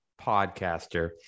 podcaster